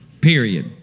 Period